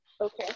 Okay